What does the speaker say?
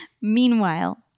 Meanwhile